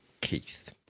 Keith